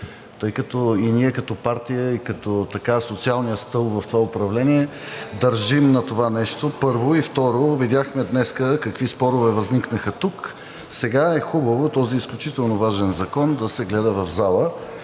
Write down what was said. тъй като ние като партия и като социалния стълб в това управление държим на това нещо, първо, и, второ, видяхме днес какви спорове възникнаха тук, сега е хубаво този изключително важен закон да се гледа в залата